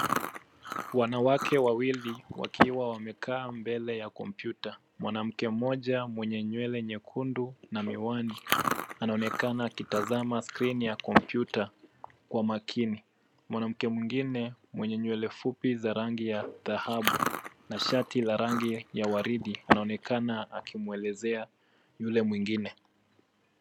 Wanawake wawili wakiwa wamekaa mbele ya kompyuta. Mwanamke mmoja mwenye nywele nyekundu na miwani anaonekana akitazama skrini ya kompyuta kwa makini. Mwanamke mwingine mwenye nywele fupi za rangi ya dhahabu na shati la rangi ya waridi anaonekana akimwelezea yule mwingine.